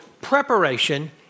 preparation